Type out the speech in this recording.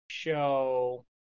Show